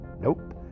Nope